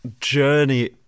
journey